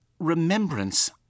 Remembrance